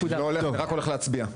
הולך, אני רק הולך להצביע.